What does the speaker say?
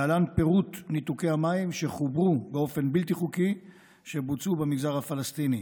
להלן פירוט ניתוקי המים שחוברו באופן בלתי חוקי שבוצעו במגזר הפלסטיני: